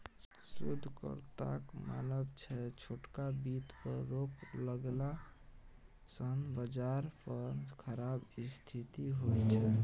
शोधकर्ताक मानब छै छोटका बित्त पर रोक लगेला सँ बजार पर खराब स्थिति होइ छै